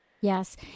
Yes